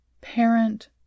parent